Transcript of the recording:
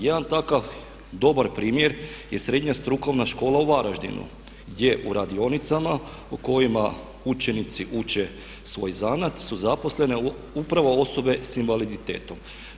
Jedan takav dobar primjer je srednja strukovna škola u Varaždinu gdje u radionicama u kojima učenici uče svoj zanat su zaposlene upravo osobe s invaliditetom.